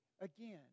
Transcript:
again